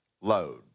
load